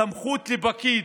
סמכות לפקיד,